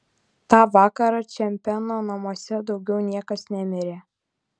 tą vakarą čepmeno namuose daugiau niekas nemirė